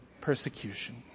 persecution